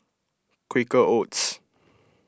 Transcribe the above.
Quaker Oats